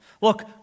Look